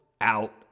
out